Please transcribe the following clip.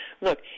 look